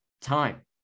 time